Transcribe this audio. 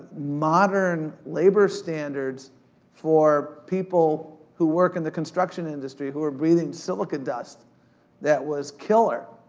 modern labor standards for people who work in the construction industry, who are breathing silicone dust that was killer,